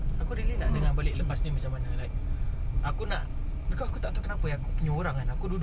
ten ah not your average ten it's the supplier of five percent nutrition